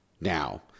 now